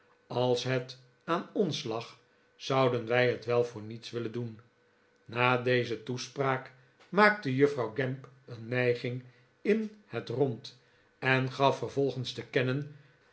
als het aan ons lag zouden wij het wel voor niets willen doen na deze toespraak maakte juffrouw gamp een nijging in het rond en gaf vervolgens te kennen